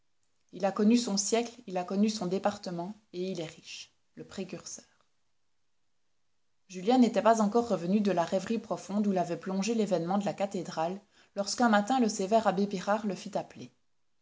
il a connu son siècle il a connu son département et il est riche le precurseur julien n'était pas encore revenu de la rêverie profonde où l'avait plongé l'événement de la cathédrale lorsqu'un matin le sévère abbé pirard le fit appeler